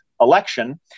election